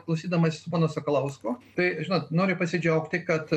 klausydamasis pono sakalausko tai žinot noriu pasidžiaugti kad